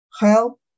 help